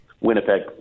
Winnipeg